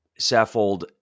Saffold